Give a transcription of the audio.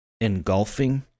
engulfing